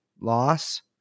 loss